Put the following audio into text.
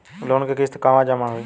Loan के किस्त कहवा जामा होयी?